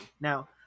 now